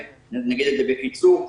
נגיד את זה בקיצור.